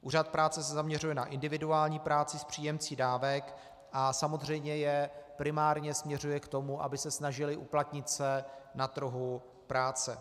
Úřad práce se zaměřuje na individuální práci s příjemci dávek a samozřejmě je primárně směřuje k tomu, aby se snažili uplatnit se na trhu práce.